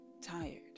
tired